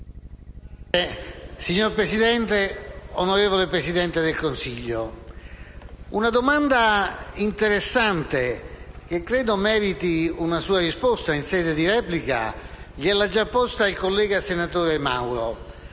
Signor Presidente, onorevole Presidente del Consiglio, una domanda interessante, che credo meriti una sua risposta in sede di replica, gliel'ha già posta il collega senatore Mauro,